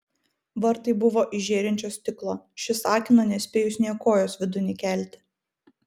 vartai buvo iš žėrinčio stiklo šis akino nespėjus nė kojos vidun įkelti